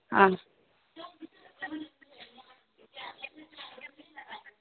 हां